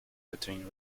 between